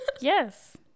Yes